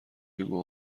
بگو